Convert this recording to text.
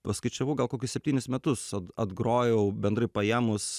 paskaičiavau gal kokius septynis metus at atgrojau bendrai paėmus